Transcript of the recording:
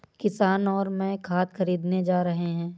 किशन और मैं खाद खरीदने जा रहे हैं